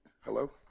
Hello